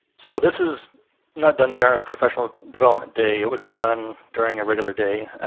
so this is not done during a professional development day. it would be done during a regular day.